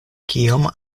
kiom